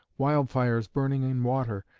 wild-fires burning in water,